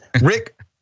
Rick